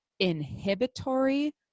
inhibitory